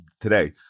today